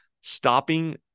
stopping